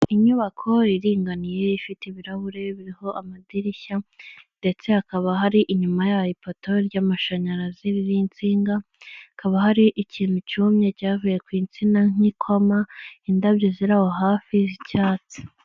Inyubako iringaniye ifite ibirahuri biriho amadirishya. Ndetse hakaba hari inyuma yaho ipato ry'amashanyarazi n'insinga. Hakaba hari ikintu cyumye cyavuye ku insina, nk'ikoma. Indabyo ziraraho hafi, z'icyatsi.